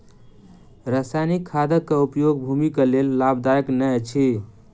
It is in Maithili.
रासायनिक खादक उपयोग भूमिक लेल लाभदायक नै अछि